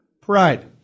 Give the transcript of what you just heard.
Pride